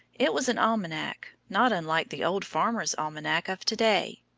it was an almanac, not unlike the old farmer's almanac of to-day.